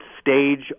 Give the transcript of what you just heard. stage